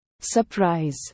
Surprise